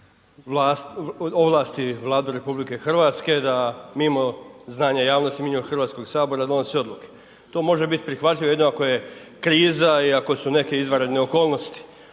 ovlasti Vladu RH da mimo znanja javnosti, mimo HS-a donose odluke. To može biti prihvatljivo jedino ako je kriza i ako su neke izvanredne okolnosti.